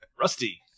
rusty